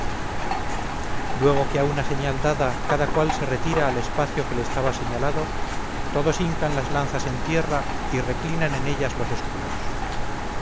luego que a una señal dada cada cual se retira al espacio que le está señalado todos hincan las lanzas en tierra y reclinan en ellas los escudos